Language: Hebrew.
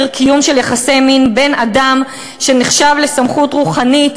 קיום של יחסי מין בין אדם שנחשב לסמכות רוחנית,